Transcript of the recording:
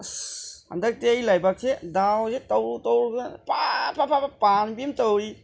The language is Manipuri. ꯑꯁ ꯍꯟꯗꯛꯇꯤ ꯑꯩ ꯂꯥꯏꯕꯛꯁꯤ ꯗꯥꯎꯁꯦ ꯇꯧꯔꯨ ꯇꯧꯔꯨꯕꯗ ꯐꯠ ꯐꯠ ꯐꯠ ꯐꯠ ꯄꯥꯟꯕꯤ ꯑꯃ ꯇꯧꯔꯤꯌꯦ